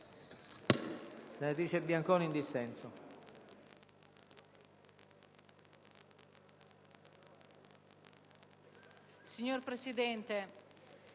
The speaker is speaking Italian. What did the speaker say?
Signor Presidente,